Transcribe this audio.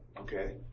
Okay